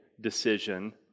decision